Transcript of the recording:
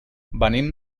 venim